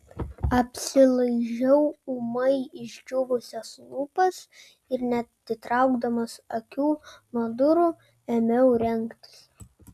apsilaižiau ūmai išdžiūvusias lūpas ir neatitraukdamas akių nuo durų ėmiau rengtis